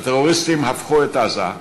הטרוריסטים הפכו את עזה,